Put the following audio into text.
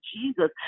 Jesus